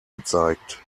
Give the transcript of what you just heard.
gezeigt